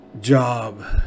job